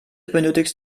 benötigst